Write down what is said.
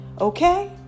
Okay